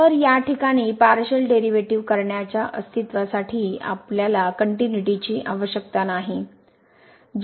तर या ठिकाणी पार्शिअल डेरीवेटीव करण्याच्या अस्तित्वासाठी आम्हाला कनट्युनिची आवश्यकता नाही